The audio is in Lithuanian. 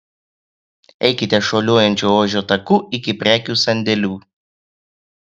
eikite šuoliuojančio ožio taku iki prekių sandėlių